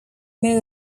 more